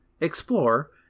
explore